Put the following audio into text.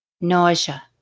nausea